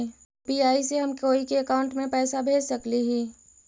UPI से हम कोई के अकाउंट में पैसा भेज सकली ही?